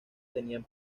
tenían